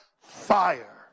fire